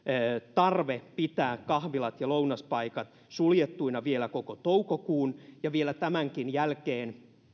tarve pitää kahvilat ja lounaspaikat suljettuina vielä koko toukokuun ja vielä tämänkin jälkeen